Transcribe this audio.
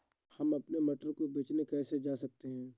हम अपने मटर को बेचने कैसे जा सकते हैं?